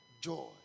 joy